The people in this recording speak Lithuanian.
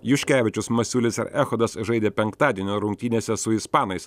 juškevičius masiulis ir echodas žaidė penktadienio rungtynėse su ispanais